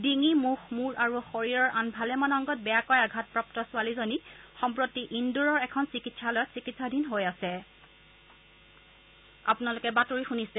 ডিঙি মুখ মূৰ আৰু শৰীৰৰ আন ভালেমান অংগত বেয়াকৈ আঘাতপ্ৰাপ্ত ছোৱালীজনী সম্প্ৰতি ইণ্ডোৰৰ এখন চিকিৎসালয়ত চিকিৎসাধীন হৈ আছে